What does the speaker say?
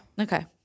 Okay